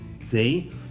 See